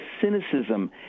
cynicism